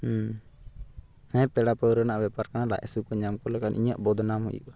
ᱦᱮᱸ ᱯᱮᱲᱟ ᱯᱟᱹᱣᱨᱟᱹ ᱨᱮᱱᱟᱜ ᱵᱮᱯᱟᱨ ᱠᱟᱱᱟ ᱞᱟᱡ ᱦᱟᱥᱩ ᱠᱚ ᱧᱟᱢ ᱠᱚ ᱞᱮᱠᱷᱟᱱ ᱤᱧᱟᱹᱜ ᱵᱚᱫᱽᱱᱟᱢ ᱦᱩᱭᱩᱜᱼᱟ